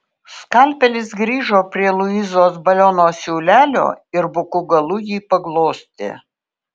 skalpelis grįžo prie luizos baliono siūlelio ir buku galu jį paglostė